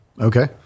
Okay